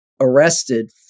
arrested